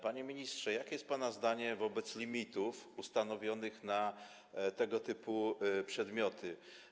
Panie ministrze, jakie jest pana zdanie w sprawie limitów ustanowionych na tego typu przedmioty?